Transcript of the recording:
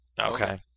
Okay